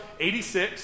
86